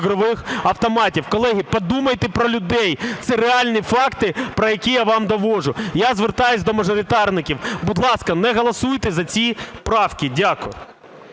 Колеги, подумайте про людей, це реальні факти, про які я вам доводжу. Я звертаюся до мажоритарників, будь ласка, не голосуйте за ці правки. Дякую.